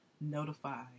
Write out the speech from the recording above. notify